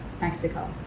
Mexico